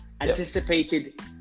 anticipated